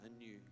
anew